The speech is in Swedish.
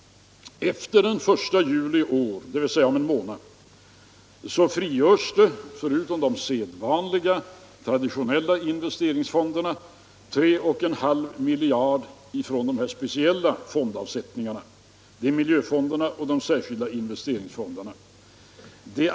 Efter den 1 juli i år, dvs. om en månad, frigörs förutom de traditionella investeringsfonderna 3 1/2 miljarder från de speciella fondavsättningarna. Det är miljöfonderna och de särskilda investeringsfonderna.